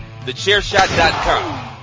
TheChairShot.com